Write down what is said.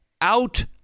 out